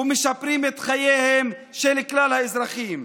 ומשפרים את חייהם של כלל האזרחים.